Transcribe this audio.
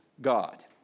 God